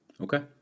Okay